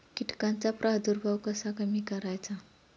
कीटकांचा प्रादुर्भाव कसा कमी करायचा?